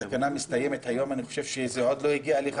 אם התקנה מסתיימת היום אני חושב שזה עוד לא הגיע אליך,